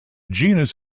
genus